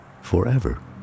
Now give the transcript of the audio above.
forever